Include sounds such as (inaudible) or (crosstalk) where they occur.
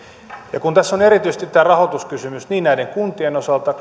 kun tässä on erityisesti tämä rahoituskysymys niin näiden kuntien osalta (unintelligible)